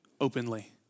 openly